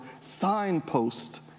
signpost